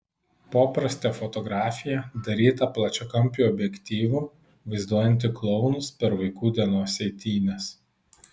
poprastė fotografija daryta plačiakampiu objektyvu vaizduojanti klounus per vaikų dienos eitynes